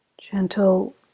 gentle